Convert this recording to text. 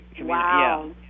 Wow